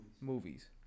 Movies